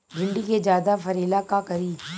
भिंडी के ज्यादा फरेला का करी?